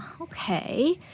okay